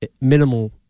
minimal